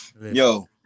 Yo